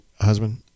husband